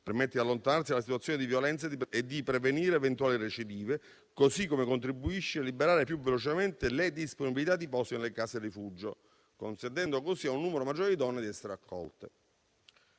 permettendo di allontanarsi dalla situazione di violenza e di prevenire eventuali recidive, contribuendo nel contempo a liberare più velocemente le disponibilità di posti dalle case di rifugio, così da consentire a un numero maggiore di donne di essere accolte.